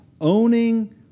owning